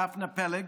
דפנה פלג,